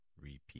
Repeat